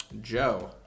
Joe